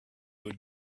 would